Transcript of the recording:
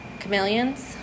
chameleons